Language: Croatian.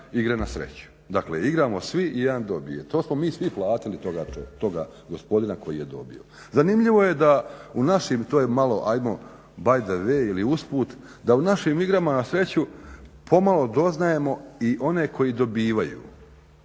igre na sreću. Dakle, igramo svi i jedan dobije. To smo mi svi platili toga gospodina koji je dobio. Zanimljivo je da u našim, to je malo ajmo by the way ili usput da u našim igrama na sreću pomalo doznajemo i one koji dobivaju.